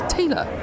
Taylor